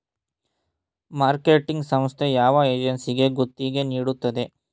Marketing ಸಂಸ್ಥೆ ಯಾವ ಏಜೆನ್ಸಿಗೆ ಗುತ್ತಿಗೆ ನೀಡುತ್ತದೆ?